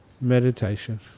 meditation